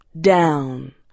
down